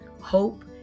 hope